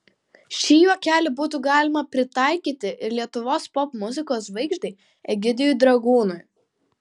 šį juokelį būtų galima pritaikyti ir lietuvos popmuzikos žvaigždei egidijui dragūnui